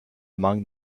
among